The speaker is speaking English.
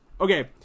Okay